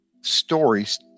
stories